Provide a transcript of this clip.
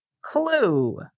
Clue